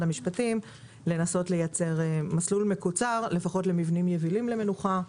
המשפטים לנסות לייצר מסלול מקוצר לפחות למבנים יבילים למנוחה,